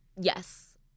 Yes